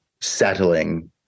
settling